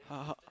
how how